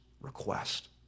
request